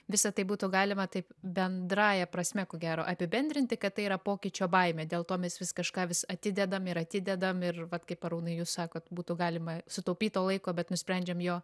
visa tai būtų galima taip bendrąja prasme ko gero apibendrinti kad tai yra pokyčio baimė dėl to mes vis kažką vis atidedam ir atidedam ir vat kaip arūnai jūs sakot būtų galima sutaupyt to laiko bet nusprendžiam jo